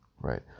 right